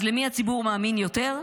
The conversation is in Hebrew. אז למי הציבור מאמין יותר?